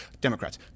democrats